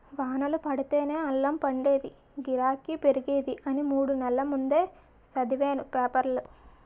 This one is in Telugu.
వానలు పడితేనే అల్లం పండేదీ, గిరాకీ పెరిగేది అని మూడు నెల్ల ముందే సదివేను పేపరులో